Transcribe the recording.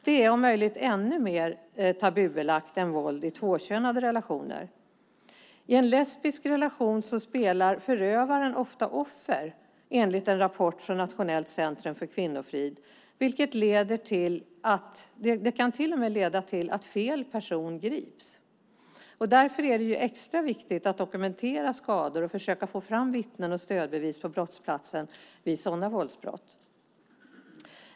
Det är om möjligt ännu mer tabubelagt än våld i tvåkönade relationer. I en lesbisk relation spelar förövaren ofta offer enligt en rapport från Nationellt centrum för kvinnofrid. Det kan till och med leda till att fel person grips. Därför är det extra viktigt att dokumentera skador och försöka få fram vittnen och stödbevis på brottsplatsen vid sådana våldsbrott.